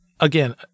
Again